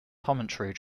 commentary